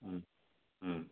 ഉം ഉം